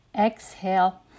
exhale